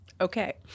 Okay